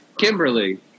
Kimberly